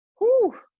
whoo